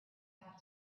have